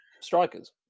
strikers